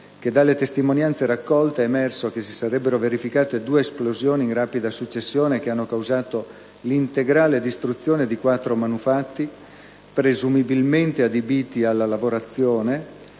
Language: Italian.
che dalle testimonianze raccolte è emerso che si sarebbero verificate due esplosioni in rapida successione che hanno causato l'integrale distruzione di quattro manufatti, presumibilmente adibiti alla lavorazione,